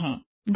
धन्यवाद